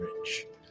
rich